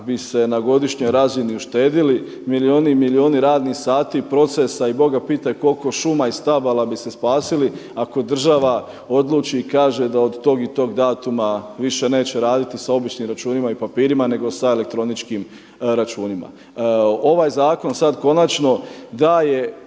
bi se na godišnjoj razini uštedili, milijuni i milijuni radnih sati procesa i boga pitaj koliko šuma i stabala bi se spasili ako država odluči i kaže da od tog i tog datuma više neće raditi sa običnim računima i papirima nego sa elektroničkim računima. Ovaj zakon sada konačno daje